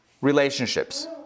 relationships